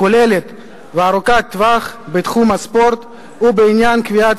כוללת וארוכת טווח בתחום הספורט ובעניין קביעת